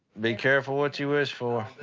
be careful what you wish for.